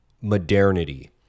modernity